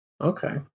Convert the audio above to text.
Okay